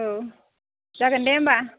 औ जागोन दे होम्बा